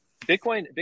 Bitcoin